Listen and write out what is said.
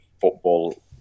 football